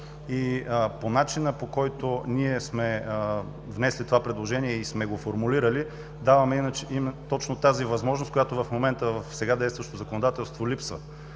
и по начина, по който ние сме внесли това предложение и сме го формулирали, даваме точно тази възможност, която в момента в сега действащото законодателство липсва.